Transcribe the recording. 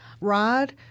Rod